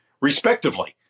respectively